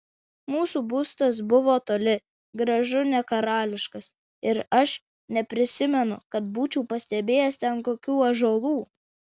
mūsų būstas buvo toli gražu ne karališkas ir aš neprisimenu kad būčiau pastebėjęs ten kokių ąžuolų